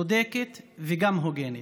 צודקת וגם הוגנת.